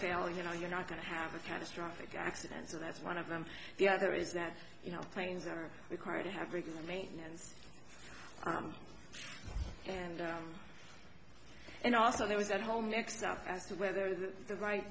and you know you're not going to have a catastrophic accident so that's one of them the other is that you know planes are required to have regular maintenance and and also there was at home next up as to whether the right